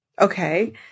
Okay